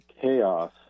chaos